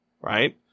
right